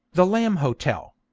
the lamb hotel.